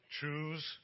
Choose